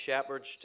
shepherds